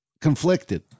conflicted